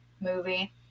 movie